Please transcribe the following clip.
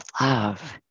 love